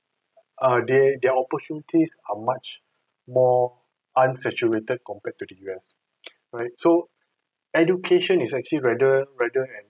err they their opportunities are much more unsaturated compared to the U_S right so education is actually rather rather an